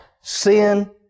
Sin